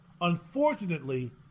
unfortunately